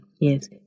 Yes